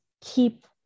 keep